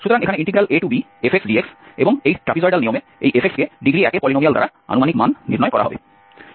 সুতরাং এখানে abfdx এবং এই ট্র্যাপিজয়েডাল নিয়মে এই f কে ডিগ্রী 1 এর পলিনোমিয়াল দ্বারা আনুমানিক মান নির্ণয় করা হবে